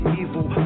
evil